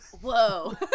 Whoa